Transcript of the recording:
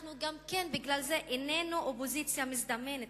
בגלל זה אנחנו גם איננו אופוזיציה מזדמנת,